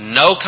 no